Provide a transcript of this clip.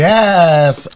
Yes